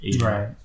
Right